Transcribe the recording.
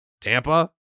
Tampa